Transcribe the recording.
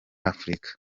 afurika